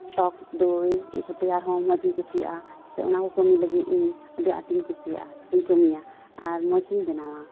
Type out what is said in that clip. ᱴᱚᱠ ᱫᱚᱭ ᱛᱮᱭᱟᱨ ᱦᱚᱸ ᱢᱚᱡᱽ ᱤᱧ ᱠᱩᱥᱤᱭᱟᱜᱼᱟ ᱥᱮ ᱚᱱᱟ ᱠᱚ ᱠᱟᱹᱢᱤ ᱞᱟᱹᱜᱤᱫ ᱤᱧ ᱟᱹᱰᱤ ᱟᱸᱴ ᱤᱧ ᱠᱩᱥᱤᱭᱟᱜᱼᱟ ᱥᱮᱧ ᱠᱟᱹᱢᱤᱭᱟ ᱟᱨ ᱢᱚᱡᱽ ᱤᱧ ᱵᱮᱱᱟᱣᱟ